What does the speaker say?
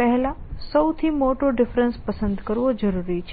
પહેલાં સૌથી મોટો ડિફરેન્સ પસંદ કરવો જરૂરી છે